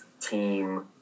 team